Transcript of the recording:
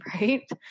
right